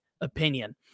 opinion